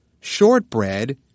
Shortbread